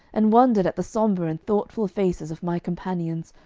and wondered at the sombre and thoughtful faces of my companions,